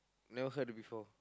never heard it before